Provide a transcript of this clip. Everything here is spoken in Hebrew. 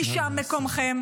כי שם מקומכם.